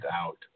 out